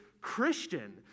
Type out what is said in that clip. Christian